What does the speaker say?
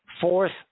fourth